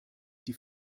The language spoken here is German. die